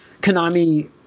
Konami